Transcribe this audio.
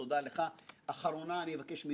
חבר הכנסת קיש, אנחנו מכירים.